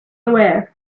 aware